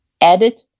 edit